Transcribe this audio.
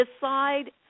decide